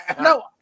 no